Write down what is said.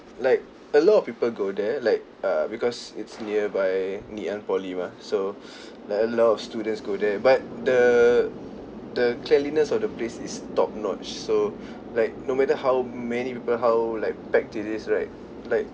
like a lot of people go there like uh because it's nearby ngee ann poly mah so like a lot of students go there but the the cleanliness of the place is top notch so like no matter how many people how like packed it is right like